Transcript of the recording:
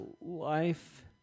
life